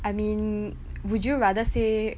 I mean would you rather say